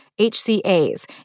HCAs